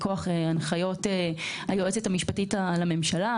מכוח הנחיות היועצת המשפטית לממשלה,